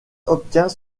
obtient